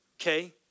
okay